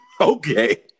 okay